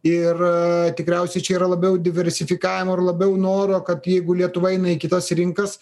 ir tikriausiai čia yra labiau diversifikavimo ir labiau noro kad jeigu lietuva eina į kitas rinkas